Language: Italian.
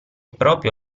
proprio